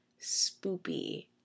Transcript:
spoopy